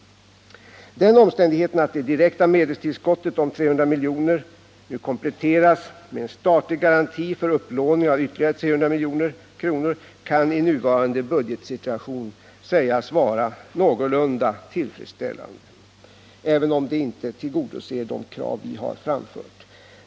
Den omständigheten att det direkta medelstillskottet om 300 miljoner kompletteras med en statlig garanti för upplåning av ytterligare 300 miljoner kan i nuvarande situation sägas vara någorlunda tillfredsställande, även om det inte tillgodoser de krav vi har framfört.